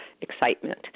excitement